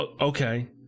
okay